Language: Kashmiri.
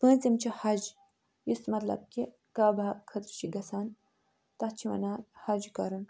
پٲنٛژِم چھِ حج یُس مطلب کہِ کعبہ خٲطرٕ چھِ گژھان تَتھ چھِ وَنان حج کَرُن